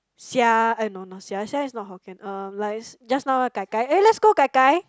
sia eh no no sia is not Hokkien uh like just now uh gai gai eh let's go gai gai